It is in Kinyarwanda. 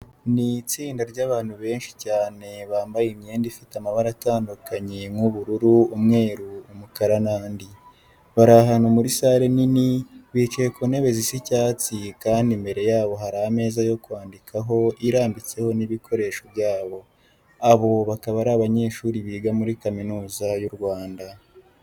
Ni itsinda ry'abandu benshi cyane bambaye imyenda ifite amabara atandukanye nk'ubururu, umweru, umukara n'andi. Bari ahantu muri sale nini, bicaye ku ntebe zisa icyatsi kandi imbere yabo hari ameza yo keandikiraho irambitseho n'ibikoresho byabo. Aba bakaba ari abanyeshuri biga muri Kaminuza y'u Rwanda.